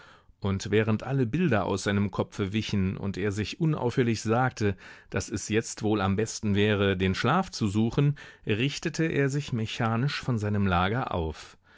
und während alle bilder aus seinem kopfe wichen und er sich unaufhörlich sagte daß es jetzt wohl am besten wäre den schlaf zu suchen richtete er sich mechanisch von seinem lager auf